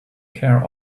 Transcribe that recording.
care